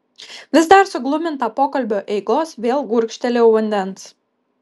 vis dar sugluminta pokalbio eigos vėl gurkštelėjau vandens